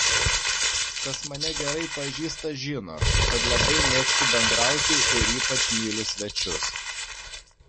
kas mane gerai pažįsta žino kad labai mėgstu bendrauti ir ypač myliu svečius